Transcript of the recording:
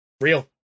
real